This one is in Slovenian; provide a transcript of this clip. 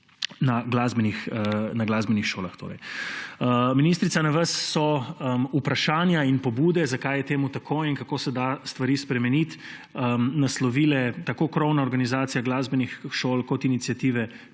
na glasbenih šolah. Ministrica, na vas so vprašanja in pobude, zakaj je temu tako in kako se da stvari spremeniti, naslovili tako krovna organizacija glasbenih šol kot iniciative